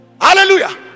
hallelujah